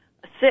six